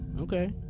Okay